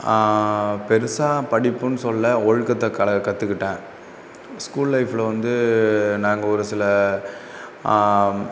பெருசாக படிப்புன்னு சொல்லலை ஒழுக்கத்தை கல கற்றுக்கிட்டேன் ஸ்கூல் லைஃபில் வந்து நாங்கள் ஒரு சில